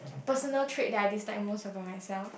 personal trait that I dislike most about myself